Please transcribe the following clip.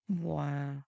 Wow